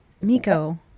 Miko